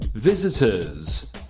Visitors